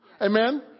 Amen